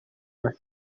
است